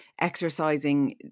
exercising